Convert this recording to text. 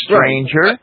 Stranger